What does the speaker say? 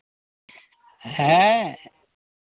ᱦᱮᱸ